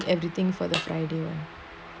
I know you did everything for the friday [what]